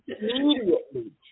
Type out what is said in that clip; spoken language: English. Immediately